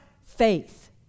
faith